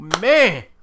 Man